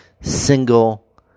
single